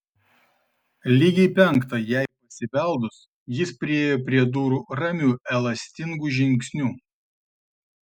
lygiai penktą jai pasibeldus jis priėjo prie durų ramiu elastingu žingsniu